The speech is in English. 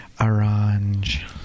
Orange